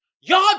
Y'all